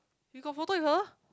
you got photo with her